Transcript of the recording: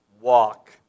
walk